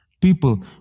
People